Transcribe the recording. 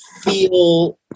feel